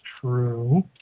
true